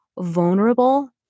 vulnerable